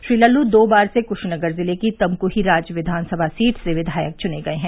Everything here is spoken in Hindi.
श्री लल्लू दो बार से कुशीनगर जिले की तमकुहीराज विधानसभा सीट से विधायक चुने गये हैं